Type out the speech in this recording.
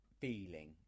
feeling